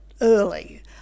early